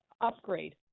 upgrade